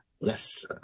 less